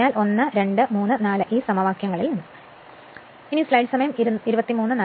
അതിനാൽ 1 2 3 4 എന്ന സമവാക്യത്തിൽ നിന്ന്